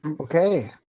Okay